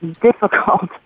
difficult